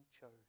chose